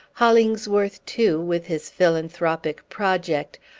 hollingsworth, too, with his philanthropic project,